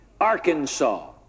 Arkansas